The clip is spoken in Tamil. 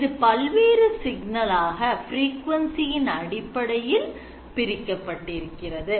இது பல்வேறு சிக்னலாக frequency இன் அடிப்படையில் பிரிக்கப்பட்டு இருக்கின்றது